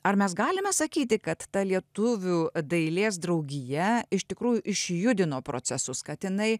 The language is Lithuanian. ar mes galime sakyti kad ta lietuvių dailės draugija iš tikrųjų išjudino procesus kad jinai